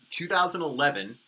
2011